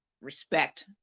respect